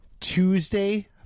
Tuesday